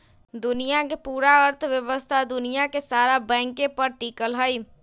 दुनिया के पूरा अर्थव्यवस्था दुनिया के सारा बैंके पर टिकल हई